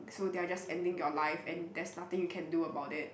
so they are just ending your life and there's nothing you can do about it